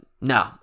no